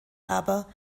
aber